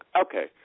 Okay